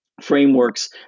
frameworks